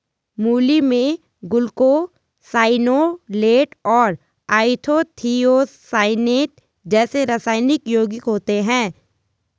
मूली में ग्लूकोसाइनोलेट और आइसोथियोसाइनेट जैसे रासायनिक यौगिक होते है